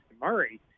Murray